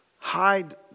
Hide